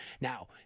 Now